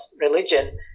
religion